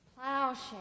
plowshare